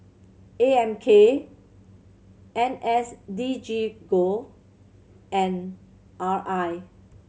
A M K N S D G go and R I